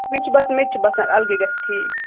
مےٚ چھُ باسان مےٚ تہِ چھُ باسان الگٕے گَژھہِ ٹھیٖک